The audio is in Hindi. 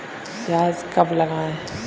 प्याज कब लगाएँ?